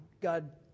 God